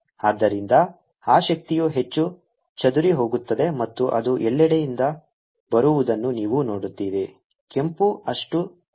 ಆದ್ದರಿಂದ ಆ ಶಕ್ತಿಯು ಹೆಚ್ಚು ಚದುರಿಹೋಗುತ್ತದೆ ಮತ್ತು ಅದು ಎಲ್ಲೆಡೆಯಿಂದ ಬರುವುದನ್ನು ನೀವು ನೋಡುತ್ತೀರಿ ಕೆಂಪು ಅಷ್ಟು ಚದುರಿಹೋಗುವುದಿಲ್ಲ